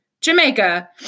Jamaica